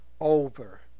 over